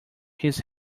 his